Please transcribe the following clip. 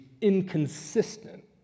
inconsistent